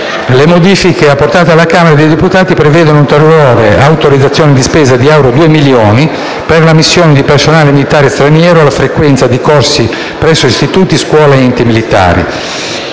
Le modifiche apportate dalla Camera dei deputati prevedono un'ulteriore autorizzazione di spesa di due milioni di euro per l'ammissione di personale militare straniero alla frequenza di corsi presso istituti, scuole ed enti militari.